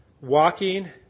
walking